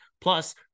Plus